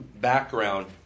background